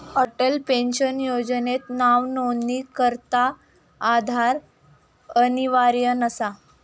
Atal pension योजनात नावनोंदणीकरता आधार अनिवार्य नसा